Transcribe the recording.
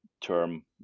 term